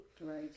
Right